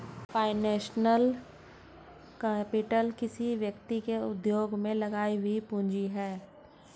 financial capital किसी व्यक्ति के उद्योग में लगी हुई पूंजी है